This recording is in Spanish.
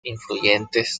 influyentes